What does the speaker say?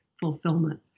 fulfillment